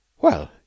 Well